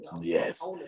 Yes